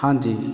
ਹਾਂਜੀ